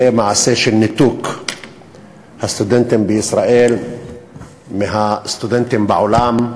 זה מעשה של ניתוק הסטודנטים בישראל מהסטודנטים בעולם.